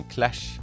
Clash